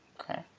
Okay